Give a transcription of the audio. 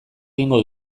egingo